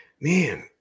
Man